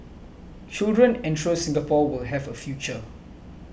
children ensure Singapore will have a future